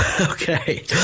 Okay